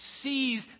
sees